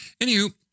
Anywho